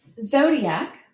Zodiac